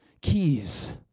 keys